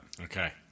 Okay